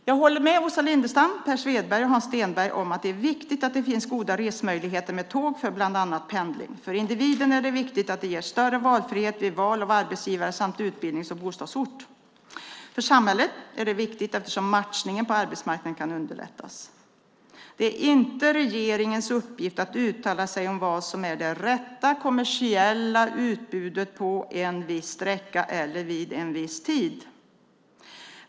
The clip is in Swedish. Jag håller med Åsa Lindestam, Per Svedberg och Hans Stenberg om att det är viktigt att det finns goda resmöjligheter med tåg för bland annat pendling. För individen är det viktigt för att det ger större valfrihet vid val av arbetsgivare och utbildnings och bostadsort. För samhället är det viktigt eftersom matchningen på arbetsmarknaden kan underlättas. Det är inte regeringens uppgift att uttala sig om vad som är det rätta kommersiella utbudet på en viss sträcka eller vid en viss tid.